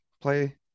play